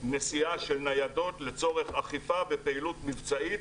נסיעה של ניידות לצורך אכיפה ופעילות מבצעית,